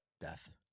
Death